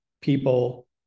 people